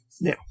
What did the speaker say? Now